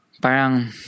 parang